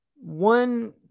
one